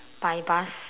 by bus